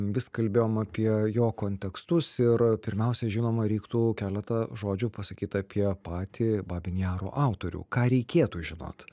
vis kalbėjom apie jo kontekstus ir pirmiausia žinoma reiktų keletą žodžių pasakyt apie patį babyn jaro autorių ką reikėtų žinot